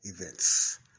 events